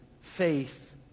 faith